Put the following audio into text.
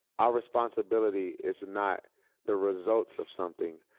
our responsibility is not the results of something.